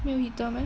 没有 heater meh